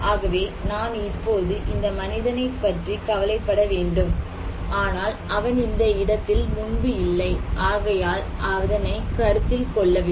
ஆகவே நான் இப்போது இந்த மனிதனைப் பற்றி கவலைப்பட வேண்டும் ஆனால் அவன் இந்த இடத்தில் முன்பு இல்லை ஆகையால் அதனை கருத்தில் கொள்ளவில்லை